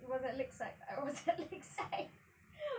it was at lakeside I was at lakeside